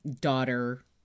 daughter